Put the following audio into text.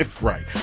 Right